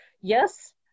yes